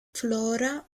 flora